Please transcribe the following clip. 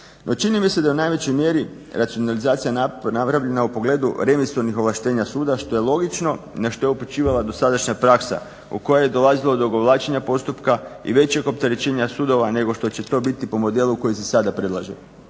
čini mi se da u najvećoj mjeri racionalizacija napravljena u pogledu … ovlaštenja suda što je logično na što je upućivala dosadašnja praksa u kojoj je dolazilo do odugovlačenja postupka i većeg opterećenja sudova nego što će to biti po modelu koji se sada predlaže.